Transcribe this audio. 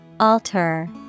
Alter